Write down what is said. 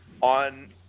on